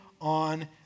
on